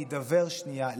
להידבר שנייה,